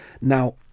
Now